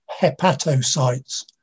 hepatocytes